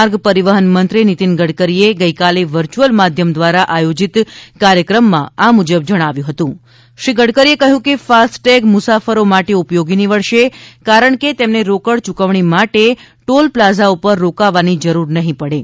માર્ગ પરિવહન મંત્રી નીતિન ગડકરીએ ગઈકાલે વરર્યુઅલ માધ્યમ દ્વારા આયોજીત કાર્યક્રમમાં આ મુજબ જણાવ્યું હતું શ્રી ગડકરીએ કહ્યું કે ફાસ્ટ ટેગ મુસાફરો માટે ઉપયોગી નીવડશે કારણ કે તેમને રોકડ યુકવણી માટે ટોલ પ્લાઝા પર રોકાવાની જરૂર નહીં પડે